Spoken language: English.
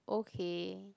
okay